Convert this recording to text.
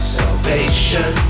salvation